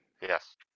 Yes